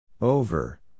Over